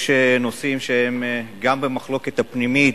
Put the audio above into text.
יש נושאים שהם גם במחלוקת פנימית,